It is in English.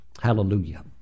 Hallelujah